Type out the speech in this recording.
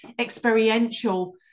experiential